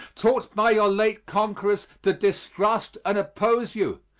taught by your late conquerors to distrust and oppose you,